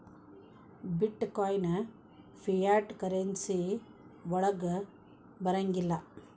ಬಿಟ್ coin fiat currency ವಳಗ್ ಬರಂಗಿಲ್ಲಾ